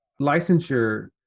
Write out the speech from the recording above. licensure